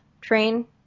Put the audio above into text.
train